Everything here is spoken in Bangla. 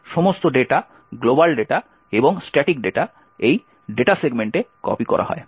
সমস্ত ডেটা গ্লোবাল ডেটা এবং স্ট্যাটিক ডেটা এই ডেটা সেগমেন্টে কপি করা হয়